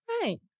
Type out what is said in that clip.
Right